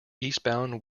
eastbound